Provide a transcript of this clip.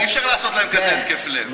אי-אפשר לעשות להם כזה התקף לב.